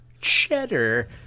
cheddar